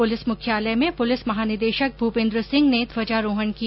police मुख्यालय में police महानिदेशक भूपेन्द्र सिंह ने ध्वजा रोहण किया